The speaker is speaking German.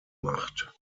macht